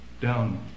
down